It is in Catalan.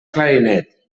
clarinet